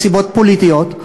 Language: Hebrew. מסיבות פוליטיות,